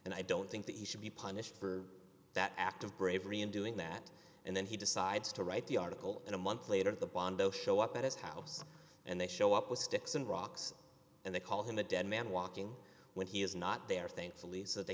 and i don't think that he should be punished for that act of bravery in doing that and then he decides to write the article and a month later the bondo show up at his house and they show up with sticks and rocks and they call him a dead man walking when he is not there thankfully so they